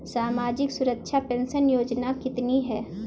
सामाजिक सुरक्षा पेंशन योजना कितनी हैं?